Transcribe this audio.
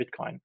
bitcoin